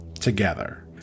Together